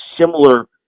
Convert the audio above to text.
similar